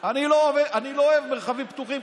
אני לא כל כך אוהב מרחבים פתוחים,